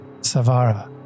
Savara